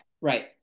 right